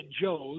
joe's